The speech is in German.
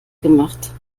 gemacht